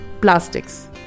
Plastics